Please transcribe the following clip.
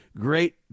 great